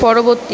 পরবর্তী